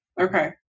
Okay